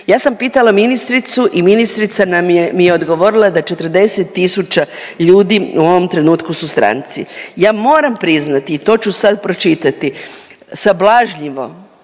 Ja sam pitala ministricu i ministrica nam je, mi je odgovorila da 40 tisuća ljudi u ovom trenutku su stranci. Ja moram priznati i to ću sad pročitati, sablažnjivo